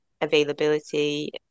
availability